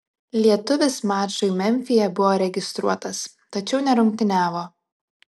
lietuvis mačui memfyje buvo registruotas tačiau nerungtyniavo